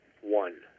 One